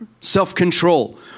self-control